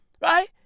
Right